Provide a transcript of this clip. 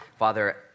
Father